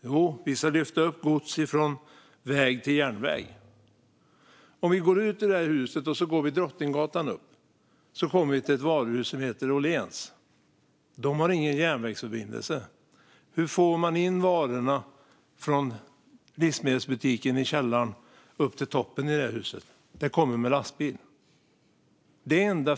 Jo, vi ska lyfta upp gods från väg till järnväg. Om vi går ut ur det här huset och går Drottninggatan upp kommer vi till ett varuhus som heter Åhléns. Det har ingen järnvägsförbindelse. Hur får man in varorna från livsmedelsbutiken i källaren och upp till toppen i det huset? De kommer med lastbil.